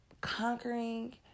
conquering